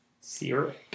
Syrup